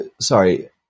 Sorry